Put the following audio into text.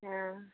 हँ